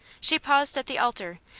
she paused at the altar,